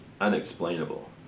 unexplainable